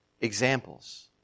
examples